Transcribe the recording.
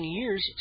years